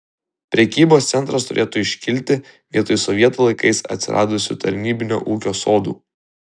prekybos centras turėtų iškilti vietoj sovietų laikais atsiradusių tarybinio ūkio sodų